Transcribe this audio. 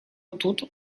тут